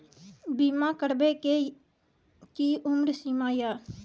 बीमा करबे के कि उम्र सीमा या?